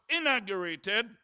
inaugurated